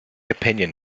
opinion